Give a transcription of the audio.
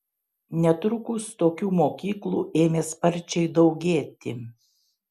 netrukus tokių mokyklų ėmė sparčiai daugėti